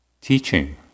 teaching